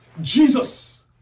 Jesus